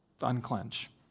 unclench